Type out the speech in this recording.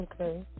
Okay